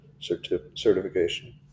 certification